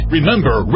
Remember